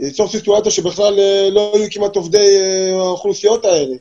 זה יצור סיטואציה שבכלל לא יהיו כמעט עובדים מהאוכלוסיות האלה.